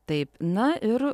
taip na ir